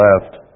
left